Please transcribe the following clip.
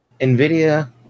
Nvidia